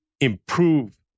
improve